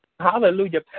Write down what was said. Hallelujah